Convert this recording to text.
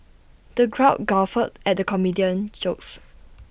the crowd guffawed at the comedian's jokes